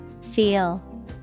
Feel